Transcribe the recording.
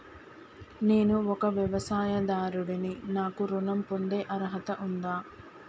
నేను ఒక వ్యవసాయదారుడిని నాకు ఋణం పొందే అర్హత ఉందా?